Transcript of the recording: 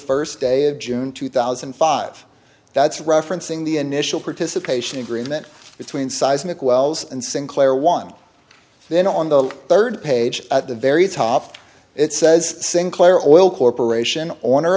first day of june two thousand and five that's referencing the initial participation agreement between seismic wells and sinclair one then on the third page at the very top it says sinclair oil corporation on